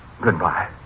goodbye